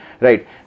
right